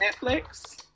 Netflix